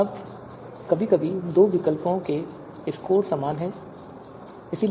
अब कभी कभी दो विकल्पों के स्कोर समान हो सकते हैं